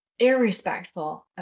irrespectful